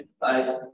Bye